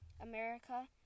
America